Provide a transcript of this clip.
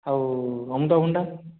ଆଉ ଅମୃତଭଣ୍ଡା